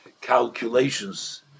calculations